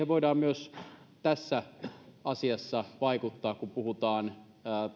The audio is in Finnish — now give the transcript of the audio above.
voidaan myös tässä asiassa vaikuttaa kun puhutaan